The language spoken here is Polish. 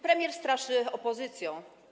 Premier straszy opozycją.